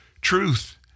Truth